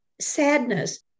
sadness